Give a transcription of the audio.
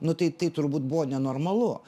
nu tai tai turbūt buvo nenormalu